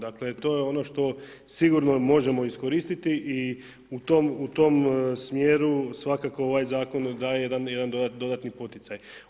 Dakle to je ono što sigurno možemo iskoristiti i u tom smjeru svakako ovaj zakon daje jedan dodatni poticaj.